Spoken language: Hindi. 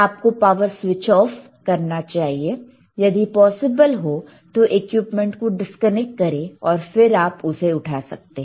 आपको पावर स्विच ऑफ करना चाहिए यदि पोसिबल हो तो एक्यूमेंट को डिस्कनेक्ट करें और फिर आप उसे उठा सकते